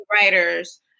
writers